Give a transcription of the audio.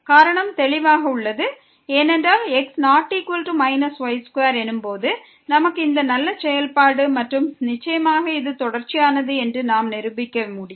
காரணம் தெளிவாக உள்ளது ஏனென்றால் x≠ y2 எனும்போது நமக்கு இந்த நல்ல செயல்பாடு உள்ளது மற்றும் நிச்சயமாக இது தொடர்ச்சியானது என்று நாம் நிரூபிக்க முடியும்